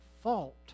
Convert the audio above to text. fault